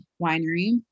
winery